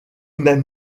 même